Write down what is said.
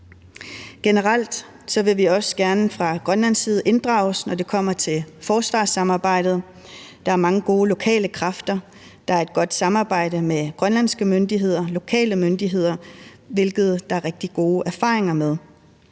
Generelt vil vi også gerne fra Grønlands side inddrages, når det kommer til forsvarssamarbejdet. Der er mange gode lokale kræfter. Der er et godt samarbejde med grønlandske myndigheder, lokale myndigheder, hvilket der er rigtig gode erfaringer med.